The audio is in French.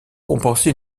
compenser